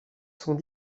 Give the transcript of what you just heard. sont